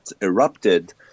erupted